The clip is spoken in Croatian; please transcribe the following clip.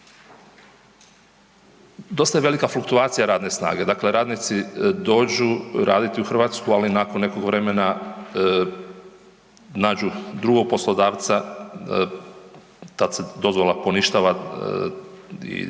Dosta je velika fluktuacija radne snage, radnici dođu raditi u Hrvatsku, ali nakon nekog vremena nađu drugog poslodavca, tada se dozvola poništava i pokreće